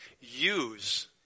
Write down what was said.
use